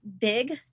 big